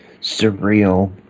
surreal